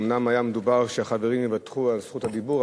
אומנם היה מדובר שהחברים יוותרו על זכות הדיבור,